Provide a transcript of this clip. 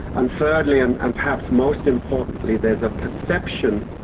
and thirdly and and perhaps most importantly, there's a perception,